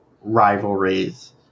rivalries